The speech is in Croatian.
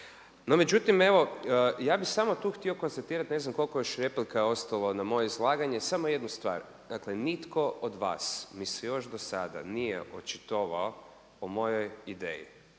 No međutim evo, ja bih samo tu htio konstatirati, ne znam koliko još replika je ostalo na moje izlaganje samo jednu stvar. Dakle, nitko od vas mi se još do sada nije očitovao o mojoj ideji.